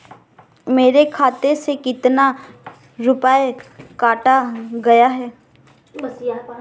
मेरे खाते से कितना रुपया काटा गया है?